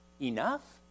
enough